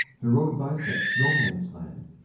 the road bisects no man's land,